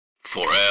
Forever